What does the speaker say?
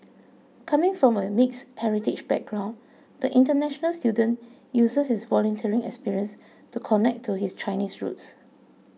coming from a mixed heritage background the international student uses his volunteering experience to connect to his Chinese roots